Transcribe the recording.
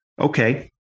okay